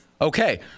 Okay